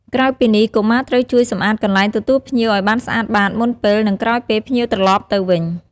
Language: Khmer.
ក្រៅពីនេះ កុមារត្រូវជួយសម្អាតកន្លែងទទួលភ្ញៀវឲ្យបានស្អាតបាត មុនពេល និងក្រោយពេលភ្ញៀវត្រឡប់ទៅវិញ។